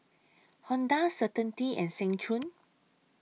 Honda Certainty and Seng Choon